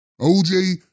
OJ